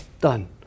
done